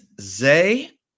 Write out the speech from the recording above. Zay